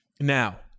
Now